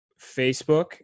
Facebook